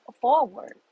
forward